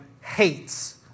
hates